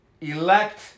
elect